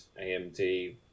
AMD